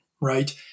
Right